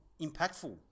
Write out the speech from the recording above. impactful